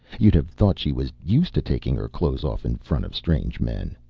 you'd have thought she was used to taking her clothes off in front of strange men.